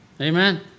Amen